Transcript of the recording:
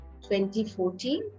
2014